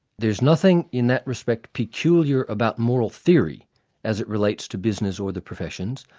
there's nothing in that respect peculiar about moral theory as it relates to business or the professions.